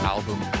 Album